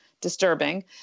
disturbing